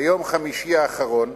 ביום חמישי האחרון,